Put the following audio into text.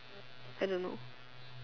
I don't know